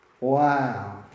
Wow